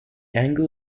angle